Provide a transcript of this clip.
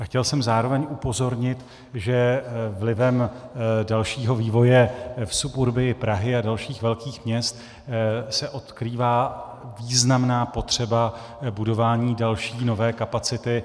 Chtěl jsem zároveň upozornit, že vlivem dalšího vývoje v suburbiu Prahy a dalších velkých měst se odkrývá významná potřeba budování další, nové kapacity.